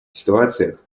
ситуациях